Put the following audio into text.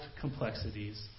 complexities